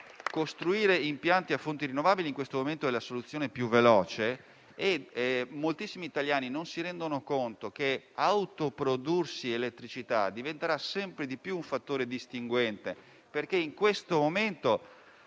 Costruire impianti a fonti rinnovabili, in questo momento, è la soluzione più veloce e moltissimi italiani non si rendono conto che autoprodurre elettricità diventerà sempre di più un fattore distinguente, perché a parte